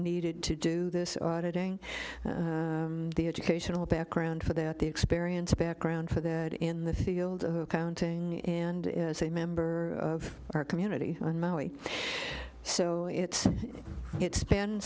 needed to do this auditing the educational background for that the experience background for that in the field of accounting and as a member of our community on maui so it's it